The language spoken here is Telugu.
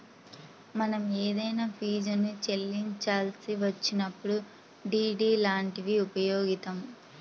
మనం ఏదైనా ఫీజుని చెల్లించాల్సి వచ్చినప్పుడు డి.డి లాంటివి ఉపయోగిత్తాం